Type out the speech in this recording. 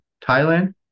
Thailand